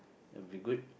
will be good